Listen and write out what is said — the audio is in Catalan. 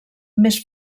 més